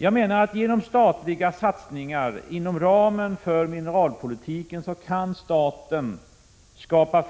Jag menar att staten genom satsningar inom ramen för mineralpolitiken kan skapa